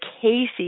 Casey